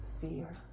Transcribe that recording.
fear